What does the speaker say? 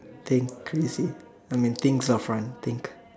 think crazy I mean things are fronting